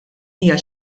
hija